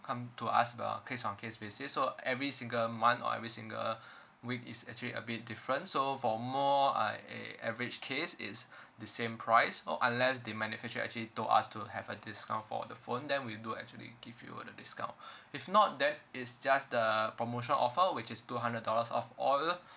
come to us on case on case basis so every single month or every single week is actually a bit different so for more I a~ average case is the same price or unless the manufacture actually told us to have a discount for the phone then we do actually give you the discount if not then is just the promotion offer which is two hundred dollars of all the